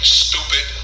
stupid